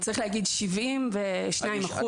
צריך להגיד שמדובר ב-72%.